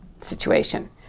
situation